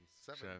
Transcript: seven